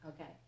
Okay